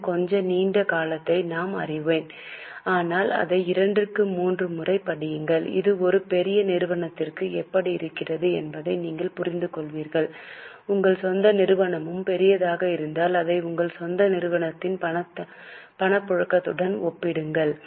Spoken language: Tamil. அதன் கொஞ்ச நீண்ட காலத்தை நான் அறிவேன் ஆனால் அதை 2 3 முறை படியுங்கள் இது ஒரு பெரிய நிறுவனத்திற்கு எப்படி இருக்கிறது என்பதை நீங்கள் புரிந்துகொள்கிறீர்கள் உங்கள் சொந்த நிறுவனமும் பெரியதாக இருந்தால் அதை உங்கள் சொந்த நிறுவனத்தின் பணப்புழக்கத்துடன் ஒப்பிடுங்கள்